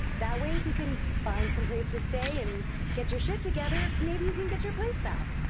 that way if you can find some place to stay and get your shit together maybe you can get your place back.